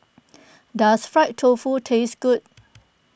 does Fried Tofu taste good